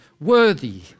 worthy